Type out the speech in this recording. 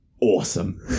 Awesome